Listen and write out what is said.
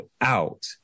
out